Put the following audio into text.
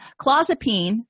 Clozapine